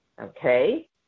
Okay